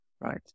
right